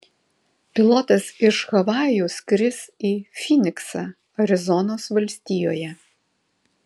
pilotas iš havajų skris į fyniksą arizonos valstijoje